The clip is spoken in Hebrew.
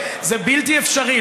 זה בלתי אפשרי.